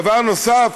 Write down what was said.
דבר נוסף,